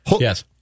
Yes